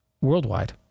worldwide